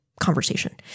conversation